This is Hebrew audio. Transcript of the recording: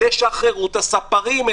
תשחררו את הספרים,